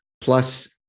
plus